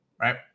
right